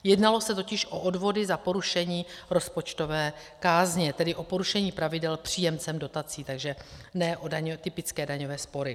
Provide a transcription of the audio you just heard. Jednalo se totiž o odvody za porušení rozpočtové kázně, tedy o porušení pravidel příjemcem dotací, takže ne o typické daňové spory.